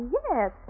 yes